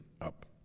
up